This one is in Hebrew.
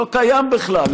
לא קיים בכלל.